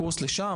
קורס לשם,